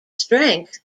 strength